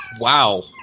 Wow